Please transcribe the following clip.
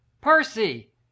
Percy